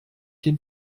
den